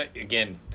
again